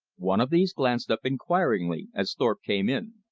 one of these glanced up inquiringly as thorpe came in.